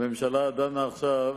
הממשלה דנה עכשיו